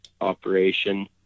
operation